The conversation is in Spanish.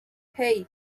hey